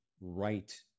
right